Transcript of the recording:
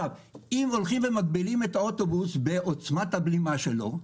אם מגבילים את האוטובוס בעוצמת הבלימה שלו,